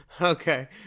okay